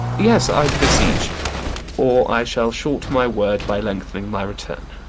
yes, i beseech or i shall short my word by length'ning my return.